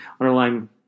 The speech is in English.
underlying